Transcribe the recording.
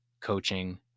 coaching